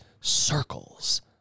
circles